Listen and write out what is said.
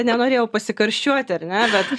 nenorėjau pasikarščiuoti ar ne bet